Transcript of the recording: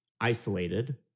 isolated